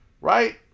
Right